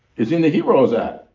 it's in the heroes act.